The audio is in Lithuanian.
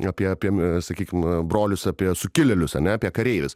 apie apie sakykim brolius apie sukilėlius ane apie kareivius